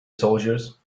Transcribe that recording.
soldiers